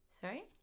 Sorry